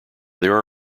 there